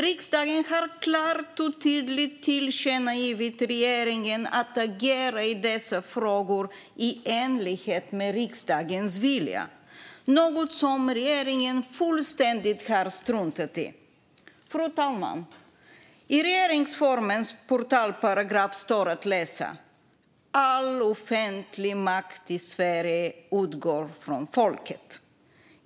Riksdagen har klart och tydligt tillkännagivit för regeringen att den bör agera i dessa frågor i enlighet med riksdagens vilja, men detta är något som regeringen fullständigt har struntat i. Fru talman! I regeringsformens portalparagraf står att läsa att all offentlig makt i Sverige utgår från folket.